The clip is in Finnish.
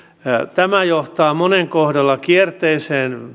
tämä johtaa monen kohdalla kierteeseen